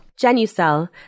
GenuCell